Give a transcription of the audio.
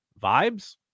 vibes